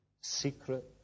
secret